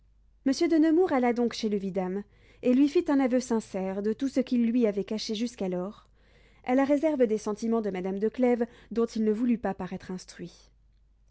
monsieur de nemours alla donc chez le vidame et lui fit un aveu sincère de tout ce qu'il lui avait caché jusqu'alors à la réserve des sentiments de madame de clèves dont il ne voulut pas paraître instruit